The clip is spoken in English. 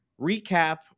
recap